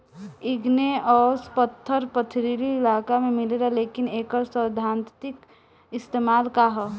Igneous पत्थर पथरीली इलाका में मिलेला लेकिन एकर सैद्धांतिक इस्तेमाल का ह?